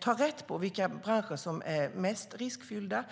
ta reda på vilka branscher som är mest riskfyllda.